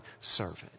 servant